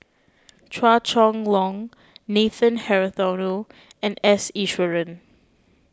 Chua Chong Long Nathan Hartono and S Iswaran